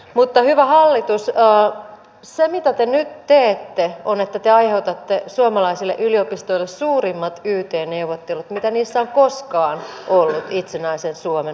mutta hyvä hallitus se mitä te nyt teette on se että te aiheutatte suomalaisille yliopistoille suurimmat yt neuvottelut kuin niissä on koskaan ollut itsenäisen suomen aikana